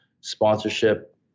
sponsorship